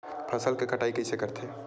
फसल के कटाई कइसे करथे?